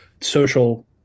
social